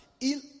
Il